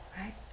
Right